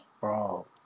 Bro